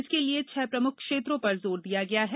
इसके लिए छह प्रमुख क्षेत्रों पर जोर दिया गया है